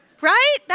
Right